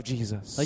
Jesus